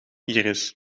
iris